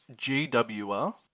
GWR